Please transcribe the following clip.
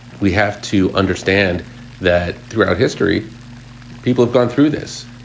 we have to understand that throughout history people have gone through this.